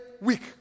week